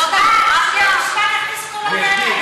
זאת דמוקרטיה, אתה בית-משפט?